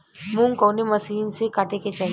मूंग कवने मसीन से कांटेके चाही?